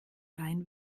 rein